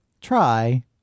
try